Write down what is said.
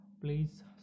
Please